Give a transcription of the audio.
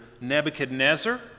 Nebuchadnezzar